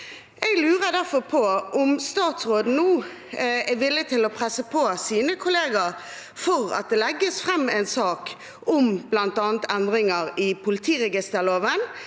Jeg lurer derfor på om statsråden nå er villig til å presse på sine kollegaer for at det legges fram en sak om bl.a. endringer i politiregisterloven,